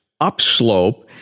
upslope